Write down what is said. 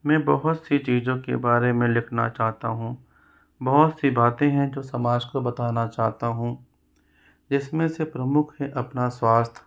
मैं बहुत सी चीजों के बारे में लिखना चाहता हूँ बहुत सी बातें हैं जो समाज को बताना चाहता हूँ जिसमें से प्रमुख है अपना स्वास्थ्य